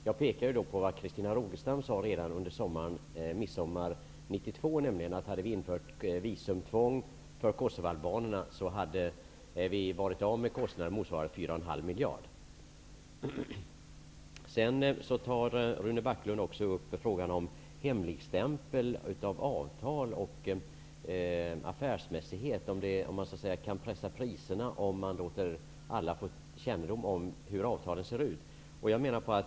Jag pekade ju på att Christina Rogestam redan under sommaren 1992 sade att om visumtvånget hade införts för kosovoalbanerna hade kostnader motsvarande 4,5 miljarder kronor bortfallit. Vidare tar Rune Backlund upp frågan om hemligstämplande av avtal och affärsmässighet. Går det att pressa priserna om alla kan få kännedom om hur avtalet ser ut?